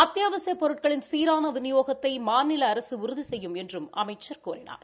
அத்தியாவசியப் பொருட்களின் சீரான விநியோகத்தை மாநில அரசு உறுதி செய்யும் என்றும் அமைச்சர் கூறினார்